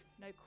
no